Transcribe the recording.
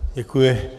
Děkuji.